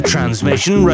Transmission